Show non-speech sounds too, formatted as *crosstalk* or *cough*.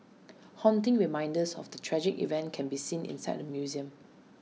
*noise* haunting reminders of the tragic event can be seen *noise* inside the museum